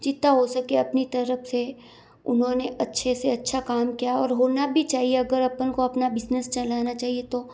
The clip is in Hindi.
जितना हो सके अपनी तरफ़ से उन्होंने अच्छे से अच्छा काम किया और होना भी चाहिए अगर अपन को अपना बिज़नेस चलाना चाहिए तो